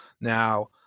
Now